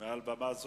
מעל במה זו.